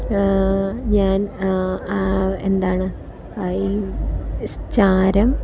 ഞാന് എന്താണ് ചാരം